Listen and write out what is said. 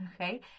Okay